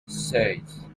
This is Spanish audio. seis